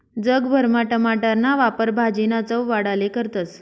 जग भरमा टमाटरना वापर भाजीना चव वाढाले करतस